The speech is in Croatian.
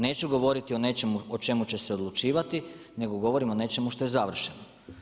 Neću govoriti o nečemu o čemu će se odlučivati, nego govorim o nečemu što je završeno.